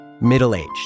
Middle-aged